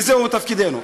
וזהו תפקידנו.